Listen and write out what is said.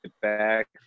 back